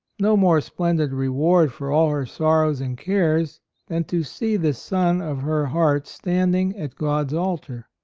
no more splendid reward for all her sorrows and cares than to see the son of her heart standing at god's altar.